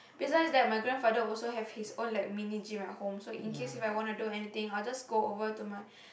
besides that my grandfather also have his own like mini gym at home so in case If I wanna do anything I just go over to my